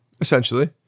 essentially